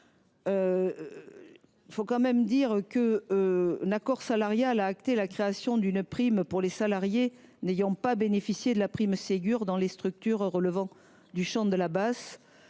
Je rappelle qu’un accord salarial a acté la création d’une prime pour les salariés n’ayant pas bénéficié de la prime Ségur dans les structures relevant du champ de la branche